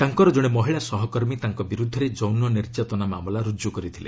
ତାଙ୍କର ଜଣେ ମହିଳା ସହକର୍ମୀ ତାଙ୍କ ବିରୁଦ୍ଧରେ ଯୌନ ନିର୍ଯାତନା ମାମଲା ରୁଜୁ କରିଥିଲେ